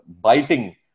biting